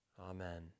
Amen